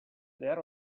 there